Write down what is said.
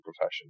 profession